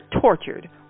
tortured